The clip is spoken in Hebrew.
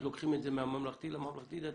אז לוקחים את זה מהממלכתי לממלכתי-דתי?